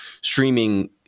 streaming